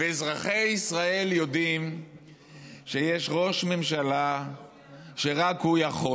ואזרחי ישראל יודעים שיש ראש ממשלה שרק הוא יכול.